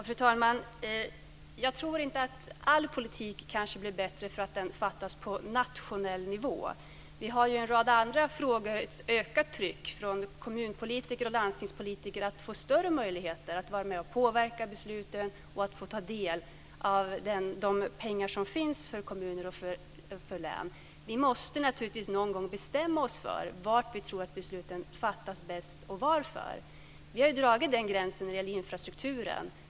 Fru talman! Jag tror kanske inte att all politik blir bättre för att den förs på nationell nivå. Det finns ju i en rad andra frågor ett ökat tryck från kommunpolitiker och landstingspolitiker när det gäller att de ska få större möjligheter att vara med och påverka besluten och ta del av de pengar som finns för kommuner och för län. Vi måste naturligtvis någon gång bestämma oss för var vi tror att besluten fattas bäst och varför. Vi har dragit den gränsen när det gäller infrastrukturen.